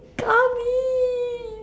come in